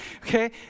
okay